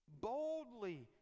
Boldly